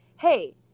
hey